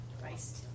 Christ